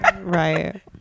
right